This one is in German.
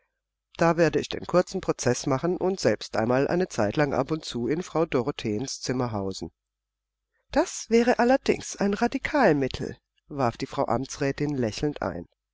da werde ich den kurzen prozeß machen und selbst einmal eine zeitlang ab und zu in frau dorotheens zimmern hausen das wäre allerdings ein radikalmittel warf die frau amtsrätin lächelnd ein